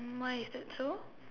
why is that so